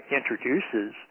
introduces